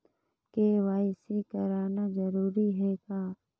KYC कराना जरूरी है का?